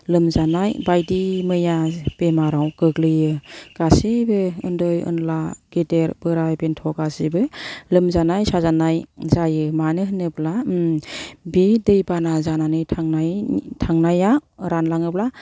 लोमजानाय बायदि मैया बेरामाव गोग्लैयो गासैबो उन्दै उनला गेदेर बोराइ बेन्थ' गासैबो लोमजानाय साजानाय जायो मानो होनोब्ला बे दै बाना जानानै थांनाय थांनाया रानलाङोब्ला